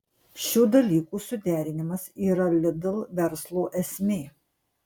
šių dalykų suderinimas yra lidl verslo esmė